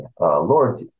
Lord